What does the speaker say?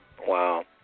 Wow